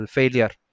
failure